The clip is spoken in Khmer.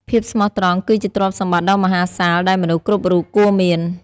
ភាពស្មោះត្រង់គឺជាទ្រព្យសម្បត្តិដ៏មហាសាលដែលមនុស្សគ្រប់រូបគួរមាន។